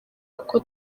kuko